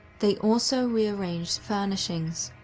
they also rearranged furnishings,